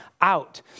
out